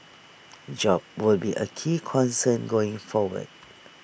jobs will be A key concern going forward